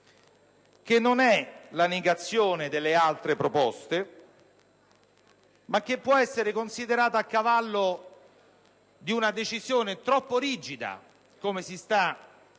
che non è la negazione delle altre proposte, ma che può essere considerata a cavallo tra una decisione troppo rigida, quale si sta venendo